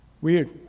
Weird